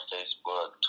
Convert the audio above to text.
Facebook